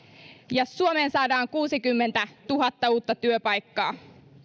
ja suomeen saadaan kuusikymmentätuhatta uutta työpaikkaa